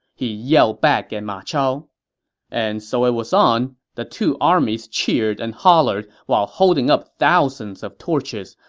he yelled back at ma chao and so it was on. the two armies cheered and hollered while holding up thousands of torches,